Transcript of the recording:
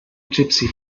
gypsy